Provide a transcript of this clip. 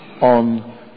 on